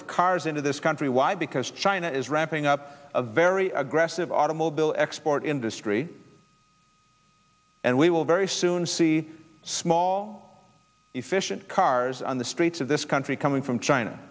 of cars into this country why because china is wrapping up a very aggressive automobile export industry and we will very soon see small efficient cars on the streets of this country coming from china